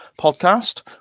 podcast